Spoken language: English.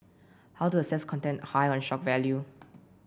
how to assess content high on shock value